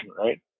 right